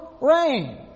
rain